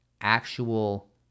actual